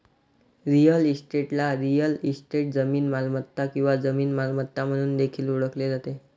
real इस्टेटला real estate, जमीन मालमत्ता किंवा जमीन मालमत्ता म्हणून देखील ओळखले जाते